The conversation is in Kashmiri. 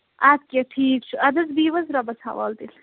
اَدٕ کیٛاہ ٹھیٖک چھُ اَدٕ حظ بِہِو حظ رۄبس حوال تیٚلہِ